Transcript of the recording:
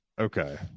Okay